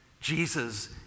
jesus